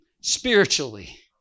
spiritually